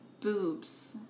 boobs